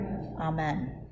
Amen